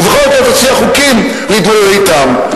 ובכל זאת אציע חוקים להתמודד אתם,